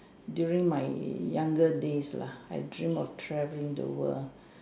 during my younger days lah I dream of traveling the world